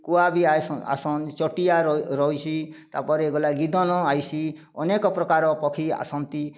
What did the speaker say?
କୁଆ ବି ଆଇସନ୍ ଆସନ୍ ଚଟିଆର ରଇସି ତା'ପରେ ଗଲା ଗିଦନ ଆଇସି ଅନେକ ପ୍ରକାର ପକ୍ଷୀ ଆସନ୍ତି